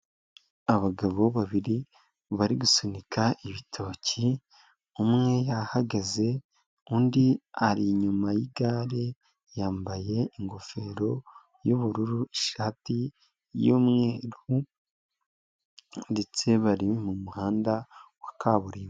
Abagabo babiri bari gusunika ibitoki umwe yahagaze undi ari inyuma yigare yambaye ingofero y'ubururu, ishati y'umweru ndetse bari mu muhanda wa kaburimbo.